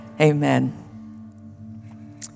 Amen